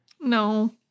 No